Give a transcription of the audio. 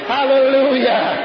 Hallelujah